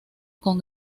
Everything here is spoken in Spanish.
con